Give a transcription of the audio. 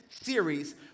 series